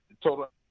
Total